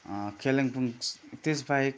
कालिम्पोङ त्यसबाहेक